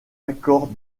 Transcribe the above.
accord